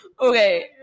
Okay